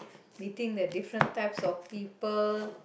meeting the different types of people